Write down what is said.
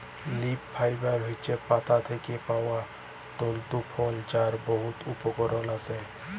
leaf fibre হছে পাতা থ্যাকে পাউয়া তলতু ফল যার বহুত উপকরল আসে